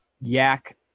yak